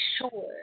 sure